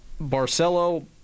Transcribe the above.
Barcelo